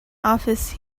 office